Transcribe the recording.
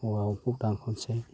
औवाखौ दानख'सै